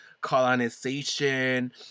colonization